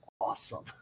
awesome